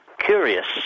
curious